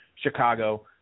Chicago